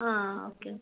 ആ okay okay